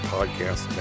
Podcast